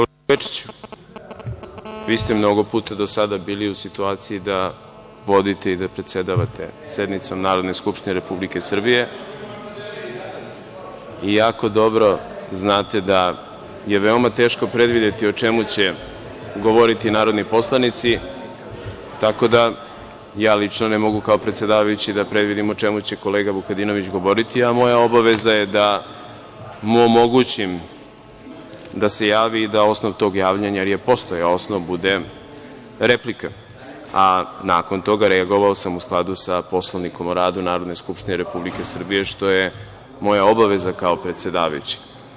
Gospodine Bečiću, vi ste mnogo puta do sada bili u situaciji da vodite i da predsedavate sednici Narodne skupštine Republike Srbije i jako dobro znate da je veoma teško predvideti o čemu će govoriti narodni poslanici, tako da ja lično ne mogu kao predsedavajući da predvidim o čemu će kolega Vukadinović govoriti, a moja obaveza je da mu omogućim da se javi i da osnov tog javljanja, jer je postojao osnov, da bude replika, a nakon toga reagovao sam u skladu sa Poslovnikom o radu Narodne skupštine Republike Srbije, što je moja obaveza kao predsedavajućeg.